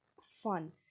fun